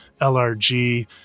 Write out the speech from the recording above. LRG